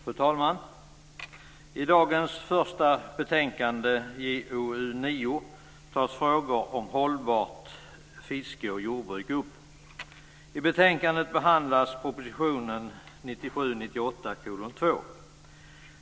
Fru talman! I dagens första betänkande, JoU9, tas frågor om hållbart fiske och jordbruk upp. I betänkandet behandlas proposition 1997/98:2.